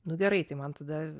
nu gerai tai man tada